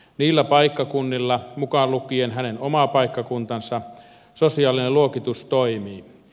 näillä paikkakunnilla mukaan lukien hänen oma paikkakuntansa sosiaalinen luototus toimii